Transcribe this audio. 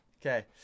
Okay